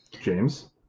James